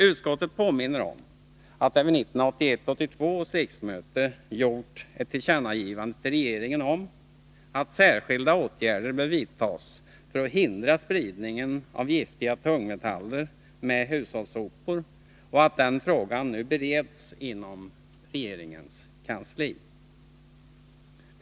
Utskottet påminner om att riksdagen vid 1981/82 års riksmöte gjort ett tillkännagivande till regeringen om att särskilda åtgärder bör vidtas för att hindra spridningen av giftiga tungmetaller med hushållssopor och att den frågan nu bereds inom regeringens kansli.